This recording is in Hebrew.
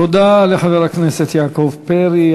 תודה לחבר הכנסת יעקב פרי.